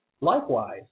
Likewise